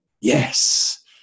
Yes